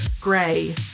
gray